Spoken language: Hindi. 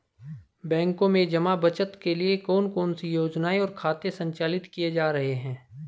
बैंकों में जमा बचत के लिए कौन कौन सी योजनाएं और खाते संचालित किए जा रहे हैं?